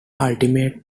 ultimate